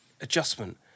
adjustment